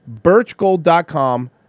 birchgold.com